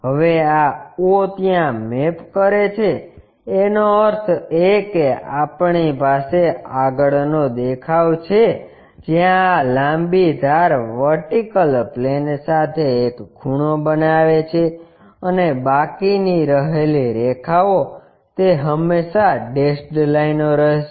હવે આ o ત્યાં મેપ કરે છે એનો અર્થ એ કે આપણી પાસે આગળનો દેખાવ છે જ્યાં આ લાંબી ધાર વર્ટિકલ પ્લેન સાથે એક ખૂણો બનાવે છે અને બાકીની રહેલી રેખાઓ તે હંમેશા ડેશ્ડ લાઇનો રહેશે